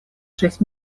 шесть